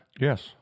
Yes